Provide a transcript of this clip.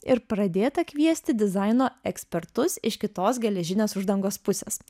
ir pradėta kviesti dizaino ekspertus iš kitos geležinės uždangos pusės